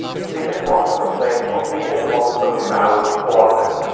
you see this wasn't something, or veganism wasn't something that i was born with.